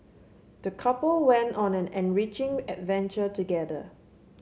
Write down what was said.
the couple went on an enriching adventure together